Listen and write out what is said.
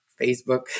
Facebook